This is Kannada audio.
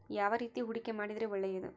ಯಾವ ರೇತಿ ಹೂಡಿಕೆ ಮಾಡಿದ್ರೆ ಒಳ್ಳೆಯದು?